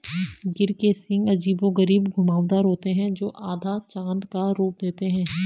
गिर के सींग अजीबोगरीब घुमावदार होते हैं, जो आधा चाँद का रूप देते हैं